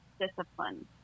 discipline